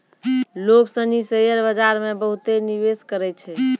लोग सनी शेयर बाजार मे बहुते निवेश करै छै